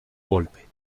golpe